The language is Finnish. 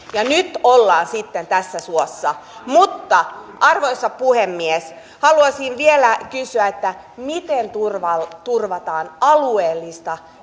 ja nyt ollaan sitten tässä suossa arvoisa puhemies haluaisin vielä kysyä miten turvataan alueellista